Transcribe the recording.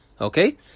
Okay